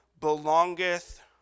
belongeth